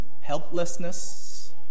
helplessness